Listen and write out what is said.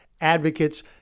Advocates